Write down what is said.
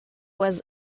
was